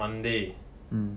monday